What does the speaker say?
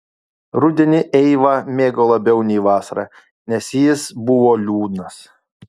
rudenį eiva mėgo labiau nei vasarą nes jis buvo liūdnas